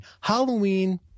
Halloween